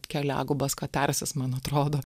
keliagubas katarsis man atrodo